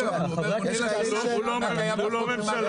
הוא לא ממשלה.